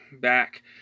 back